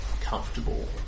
comfortable